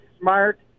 smart